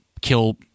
kill